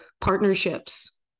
partnerships